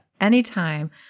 anytime